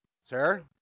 Sir